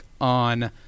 on